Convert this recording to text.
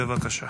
בבקשה.